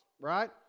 right